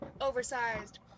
oversized